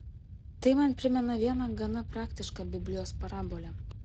tai man primena vieną gana praktišką biblijos parabolę